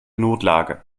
notlage